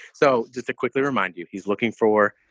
so just quickly remind you, he's looking for